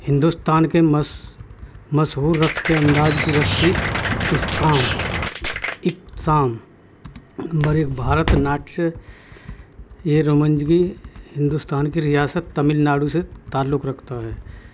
ہندوستان کے مشہور رقص کے انداز کی رقص کی اسکام اقسام نمبر ایک بھارت ناٹ یہ رومنجگی ہندوستان کی ریاست تمل ناڈو سے تعلق رکھتا ہے